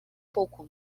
pouco